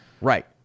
Right